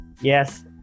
Yes